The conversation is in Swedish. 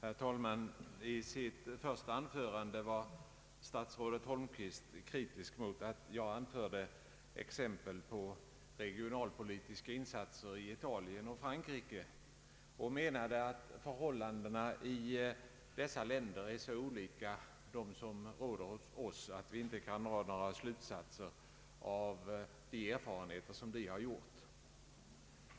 Herr talman! I sitt första anförande var statsrådet Holmqvist kritisk mot att jag anförde exempel på regionalpolitiska insatser i Italien och Frankrike. Han menade att förhållandena i dessa länder är så olika dem som råder hos oss att vi inte kan dra några slutsatser av de erfarenheter som har gjorts i dessa länder.